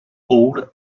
all